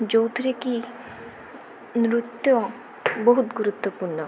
ଯେଉଁଥିରେ କି ନୃତ୍ୟ ବହୁତ ଗୁରୁତ୍ୱପୂର୍ଣ୍ଣ